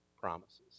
promises